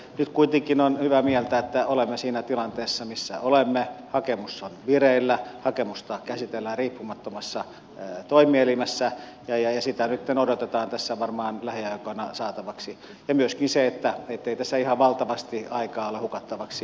nyt kuitenkin on hyvä mieltää että olemme siinä tilanteessa missä olemme hakemus on vireillä hakemusta käsitellään riippumattomassa toimielimessä ja sitä nytten odotetaan tässä varmaan lähiaikoina saatavaksi myöskin se ettei tässä ihan valtavasti aikaa ole hukattavaksi